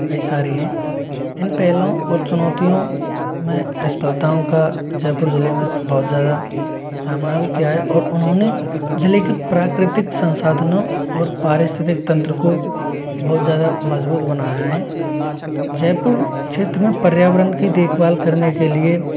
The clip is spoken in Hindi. कई सारी हैं इन पहलों और चुनौतियों में असफलताओं का जयपुर जिले में बहुत ज्यादा सामना भी किया है और उन्होंने जिले की प्राकृतिक संसाधनों और पारिस्थितिक तंत्र को बहुत ज़्यादा मजबूत बनाया है जयपुर क्षेत्र में पर्यावरण की देखभाल करने के लिए